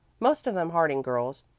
most of them harding girls.